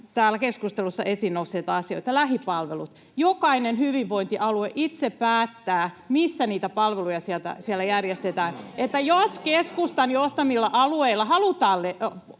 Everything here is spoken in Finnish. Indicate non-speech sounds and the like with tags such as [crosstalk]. täällä keskustelussa esiin nousseita asioita. Lähipalvelut: Jokainen hyvinvointialue itse päättää, missä niitä palveluja siellä järjestetään. [noise] Jos keskustan johtamilla alueilla halutaan